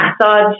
massage